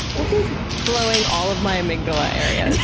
this is blowing all of my amygdala areas.